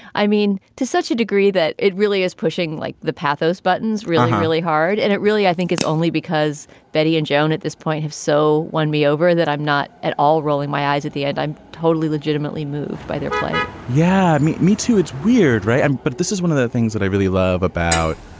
i mean, to such a degree that it really is pushing like the pathos buttons really, really hard. and it really, i think is only because betty and joan at this point have so won me over that i'm not at all rolling my eyes at the end. i'm totally legitimately moved by their plight yeah, me me too. it's weird, right? and but this is one of the things that i really love about,